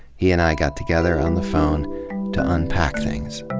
he and i got together on the phone to unpack things.